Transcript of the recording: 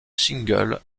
single